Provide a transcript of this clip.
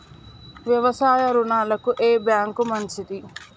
వ్యవసాయ రుణాలకు ఏ బ్యాంక్ మంచిది?